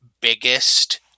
biggest